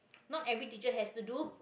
not every teacher has to do